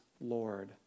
Lord